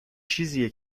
چیزیه